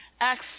Acts